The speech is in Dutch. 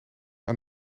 aan